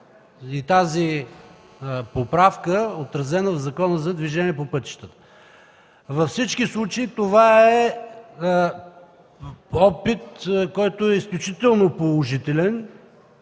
и тази поправка, отразена в Закона за движение по пътищата? Във всички случаи това е опит, който е изключително положителен.